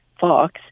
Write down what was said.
Fox